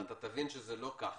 ואתה תבין שזה לא כך.